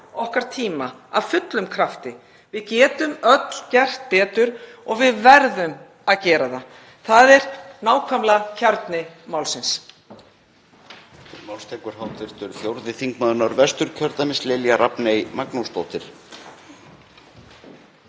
okkar tíma af fullum krafti. Við getum öll gert betur og við verðum að gera það. Það er nákvæmlega kjarni málsins.